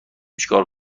چیکار